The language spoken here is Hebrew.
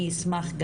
אני אשמח,